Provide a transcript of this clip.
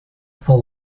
for